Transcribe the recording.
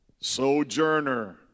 Sojourner